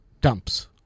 dumps